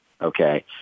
Okay